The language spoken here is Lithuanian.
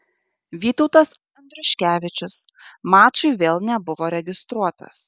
vytautas andriuškevičius mačui vėl nebuvo registruotas